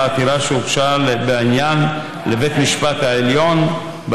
עתירה שהוגשה בעניין לבית המשפט העליון,